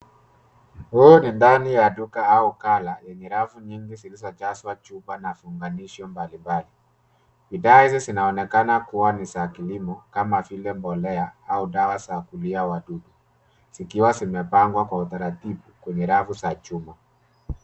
Huu ni ndani ya duka au ghala yenye rafu nyingi zilizojazwa chupa na viunganisho mbalimbali. Bidhaa hizi zinaonekana kuwa ni za kilimo kama vile mbolea au dawa za kuulia wadudu zikiwa zimepangwa kwa utaratibu kwenye rafu za chuma.